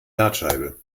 dartscheibe